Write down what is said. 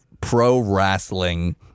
pro-wrestling